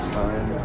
time